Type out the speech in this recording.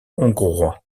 hongrois